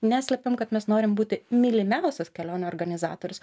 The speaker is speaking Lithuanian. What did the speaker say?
neslepiam kad mes norim būti mylimiausias kelionių organizatorius